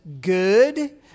good